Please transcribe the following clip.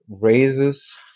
raises